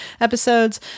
episodes